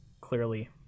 clearly